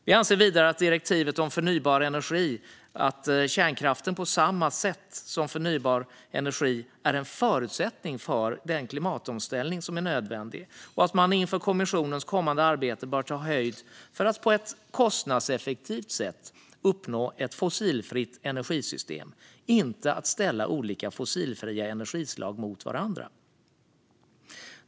När det gäller direktivet om förnybar energi anser vi vidare att kärnkraften på samma sätt som förnybar energi är en förutsättning för den klimatomställning som är nödvändig och att man inför kommissionens kommande arbete bör ta höjd för att på ett kostnadseffektivt sätt uppnå ett fossilfritt energisystem, inte ställa olika fossilfria energislag mot varandra.